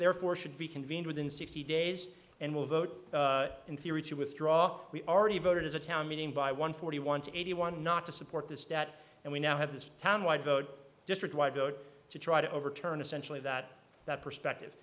therefore should be convened within sixty days and will vote in theory to withdraw we already voted as a town meeting by one forty one to eighty one not to support this stat and we now have this town wide vote district wide vote to try to overturn essentially that that perspective